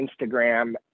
Instagram